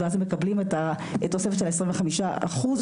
ואז מקבלים את התוספת של העשרים וחמישה אחוז.